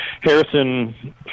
Harrison